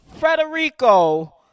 Federico